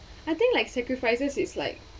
I think like sacrifices is like